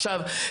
עכשיו,